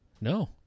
No